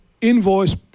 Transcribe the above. invoice